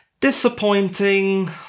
Disappointing